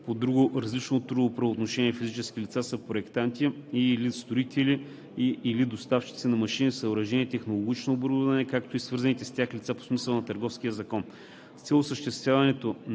по друго, различно от трудово правоотношение физически лица са проектанти и/или строители, и/или доставчици на машини, съоръжения, технологично оборудване, както и свързаните с тях лица по смисъла на Търговския закон.